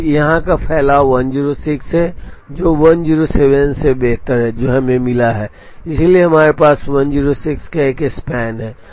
तो यहाँ का फैलाव 106 है जो 107 से बेहतर है जो हमें मिला है इसलिए हमारे पास 106 का एक स्पान है